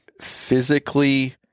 physically